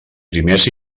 primers